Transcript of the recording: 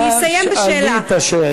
נא שאלי את השאלה.